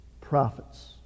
prophets